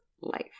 life